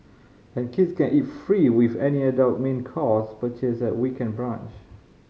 and kids can eat free with any adult main course purchase at weekend brunch